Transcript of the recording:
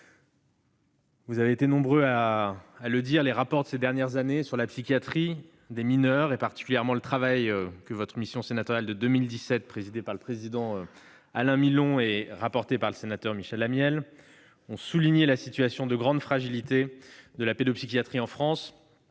Vous avez été nombreux à le dire, les rapports de ces dernières années sur la psychiatrie des mineurs, particulièrement le travail de la mission sénatoriale de 2017 présidée par Alain Milon et dont le rapporteur était Michel Amiel, ont souligné la situation de grande fragilité de la pédopsychiatrie en France,